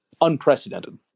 unprecedented